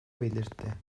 belirtti